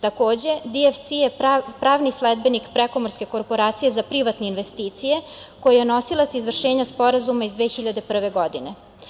Takođe, DFC je pravni sledbenik prekomorske korporacije za privatne investicije koja je nosilac izvršenja Sporazuma iz 2001. godine.